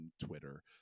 twitter